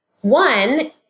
One